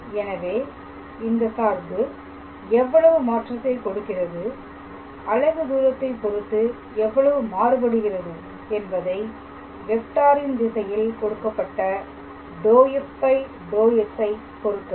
எனவே இந்த சார்பு எவ்வளவு மாற்றத்தை கொடுக்கிறது அலகு தூரத்தைப் பொறுத்து எவ்வளவு மாறுபடுகிறது என்பதை வெக்டாரின் திசையில் கொடுக்கப்பட்ட ∂f∂s ஐ பொறுத்தது